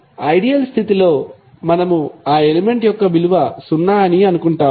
కానీ ఐడియల్ స్థితిలో మనము ఆ ఎలిమెంట్ యొక్క విలువ సున్నా అని అనుకుంటాము